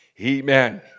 Amen